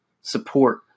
support